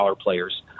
players